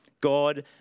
God